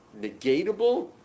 negatable